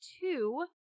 two